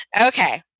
Okay